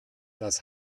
das